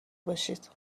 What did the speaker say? باشید